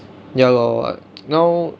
ya lor but now